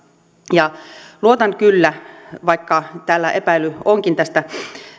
ja luotan kyllä vaikka täällä epäily onkin tästä